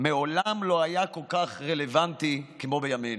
היה כל כך רלוונטי כמו בימינו.